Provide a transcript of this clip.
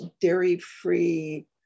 dairy-free